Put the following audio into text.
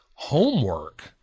homework